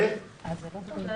מי בעד?